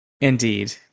Indeed